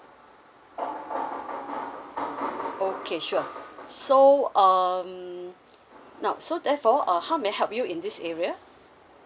okay sure so um now so therefore uh how may I help you in this area